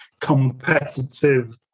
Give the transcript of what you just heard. competitive